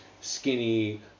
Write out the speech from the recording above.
skinny